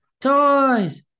toys